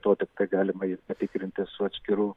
tuo tiktai galimai jį patikrinti su atskirų